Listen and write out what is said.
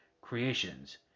creations